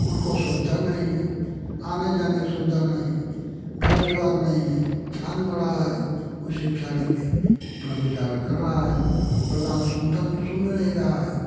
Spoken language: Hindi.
उनको सुविधा नहीं है आने जाने कि सुविधा नहीं है घर जुगाड़ नहीं है छान मड़ा है उसी में साड़ी में अपना गुजारा कर रहा है प्रधान सुनतन सुन नहीं रहा है